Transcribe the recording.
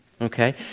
Okay